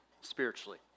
spiritually